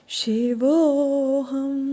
Shivoham